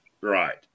right